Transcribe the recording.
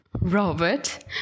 Robert